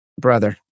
brother